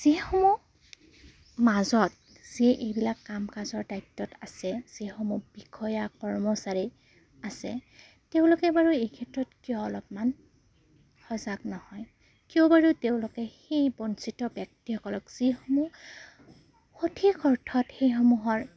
যিসমূহ মাজত যিয়ে এইবিলাক কাম কাজৰ দায়িত্বত আছে যিসমূহ বিষয়া কৰ্মচাৰী আছে তেওঁলোকে বাৰু এই ক্ষেত্ৰত কিয় অলপমান সজাগ নহয় কিয় বাৰু তেওঁলোকে সেই বঞ্চিত ব্যক্তিসকলক যিসমূহ সঠিক অৰ্থত সেইসমূহৰ